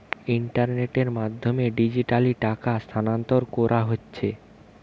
ইন্টারনেটের মাধ্যমে ডিজিটালি টাকা স্থানান্তর কোরা হচ্ছে